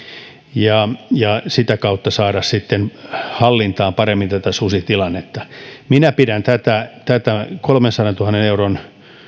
ja ja sitä kautta saada sitten hallintaan paremmin tätä susitilannetta minä pidän tätä kolmensadantuhannen euron